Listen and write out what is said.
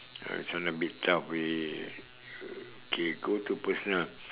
ah this one a bit tough we okay go to personal